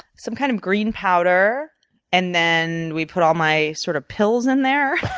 some kind of green powder and then we put all my sort of pills in there,